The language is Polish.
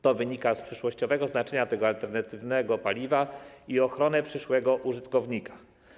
To wynika z przyszłościowego znaczenia tego alternatywnego paliwa i ochronę przyszłego użytkownika.